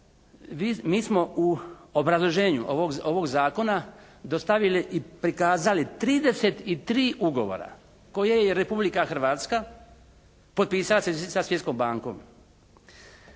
mi smo u obrazloženju ovog Zakona dostavili i prikazali trideset i tri ugovora koje je Republika Hrvatska potpisala sa Svjetskom bankom.